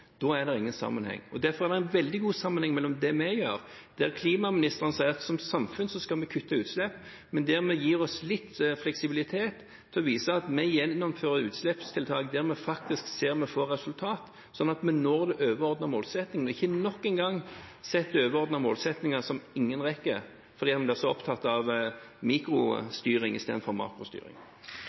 Da er det ingen sammenheng. Derfor er det en veldig god sammenheng mellom det vi gjør, der klimaministeren sier at som samfunn skal vi kutte utslipp, men der vi gir oss litt fleksibilitet til å vise at vi gjennomfører utslippstiltak der vi faktisk ser at vi får resultater, sånn at vi når den overordnede målsettingen, og ikke nok en gang setter overordnede målsettinger som ingen rekker fordi man blir så opptatt av mikrostyring i stedet for makrostyring.